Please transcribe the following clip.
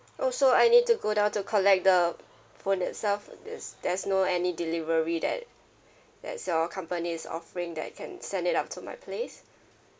oh so I need to go down to collect the phone itself there's there's no any delivery that that's your company is offering that you can send it out to my place